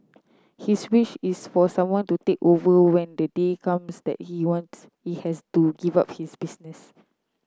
his wish is for someone to take over when the day comes that he wants he has to give up his business